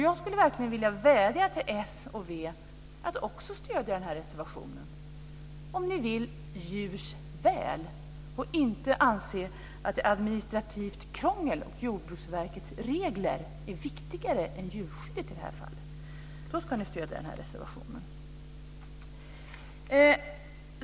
Jag skulle verkligen vilja vädja till s och v att också stödja denna reservation om ni vill djurs väl, och inte anser att administrativt krångel och Jordbruksverkets regler är viktigare än djurskyddet i det här fallet. Då ska ni stödja reservationen.